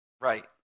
right